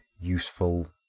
useful